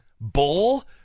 Bull